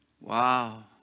Wow